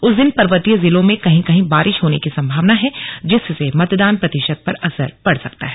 उस दिन पर्वतीय जिलों में कहीं कहीं बारिश होने की संभावना है जिससे मतदान प्रतिशत पर असर पड़ सकता है